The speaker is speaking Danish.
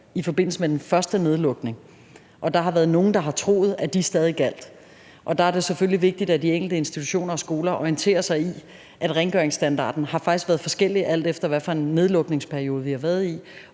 i forbindelse med den første nedlukning, stadig gjaldt. Der er det selvfølgelig vigtigt, at de enkelte institutioner og skoler orienterer sig om, at rengøringsstandarden faktisk har været forskellig, alt efter hvilken nedlukningsperiode vi har været i.